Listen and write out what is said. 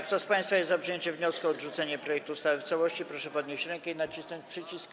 Kto z państwa jest za przyjęciem wniosku o odrzucenie projektu ustawy w całości, proszę podnieść rękę i nacisnąć przycisk.